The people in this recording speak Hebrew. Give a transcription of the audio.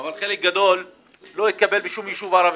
אבל חלק גדול לא התקבל בשום יישוב ערבי.